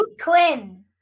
Quinn